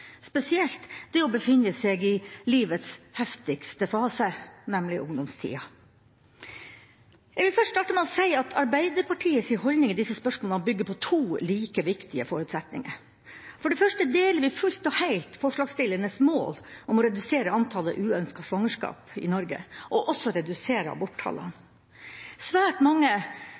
spesielt det å befinne seg i livets heftigste fase, nemlig ungdomstida. Jeg vil først starte med å si at Arbeiderpartiets holdning i disse spørsmålene bygger på to like viktige forutsetninger. For det første deler vi fullt og helt forslagsstillernes mål om å redusere antallet uønskede svangerskap i Norge og å redusere aborttallene. Svært mange